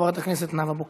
חברת הכנסת נאוה בוקר.